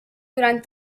durant